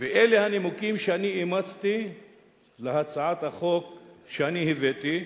ואלה הנימוקים שאני אימצתי להצעת החוק שאני הבאתי,